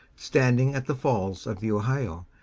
standing at the falls of the ohio,